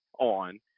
on